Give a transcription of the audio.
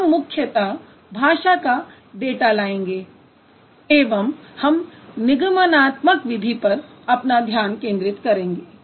हम मुख्यतः भाषा का डाटा लाएँगे एवं हम निगमनात्मक विधि पर अपना ध्यान केन्द्रित करेंगे